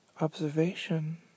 observation